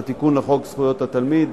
את התיקון לחוק זכויות התלמיד,